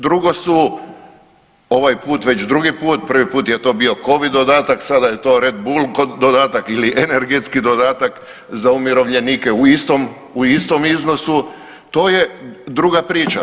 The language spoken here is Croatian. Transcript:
Drugo su ovaj put već drugi put, prvi put je to bio covid dodatak, sada je to Red Bull dodatak ili energetski dodatak za umirovljenike u istom iznosu to je druga priča.